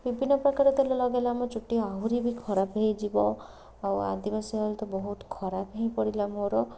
ବିଭିନ୍ନ ପ୍ରକାର ତେଲ ଲଗାଇଲେ ଆମ ଚୁଟି ଆହୁରି ବି ଖରାପ ହୋଇଯିବ ଆଉ ଆଦିବାସୀ ଅୟଲ ବହୁତ ଖରାପ ହିଁ ପଡ଼ିଲା ମୋର